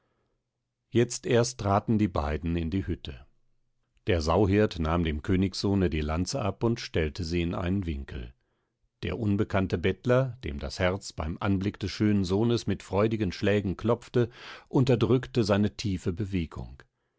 jetzt erst traten die beiden in die hütte der sauhirt nahm dem königssohne die lanze ab und stellte sie in einen winkel der unbekannte bettler dem das herz beim anblick des schönen sohnes mit freudigen schlägen klopfte unterdrückte seine tiefe bewegung